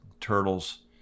turtles